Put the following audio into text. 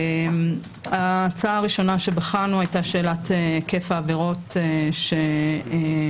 ההצעה הראשונה שבחנו הייתה שאלת היקף עבירות שנכללות